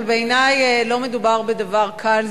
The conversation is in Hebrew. אבל בעיני לא מדובר בדבר קל,